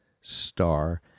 star